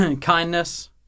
kindness